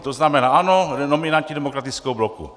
To znamená ano, nominanti demokratického bloku.